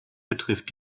betrifft